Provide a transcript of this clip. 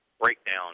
breakdown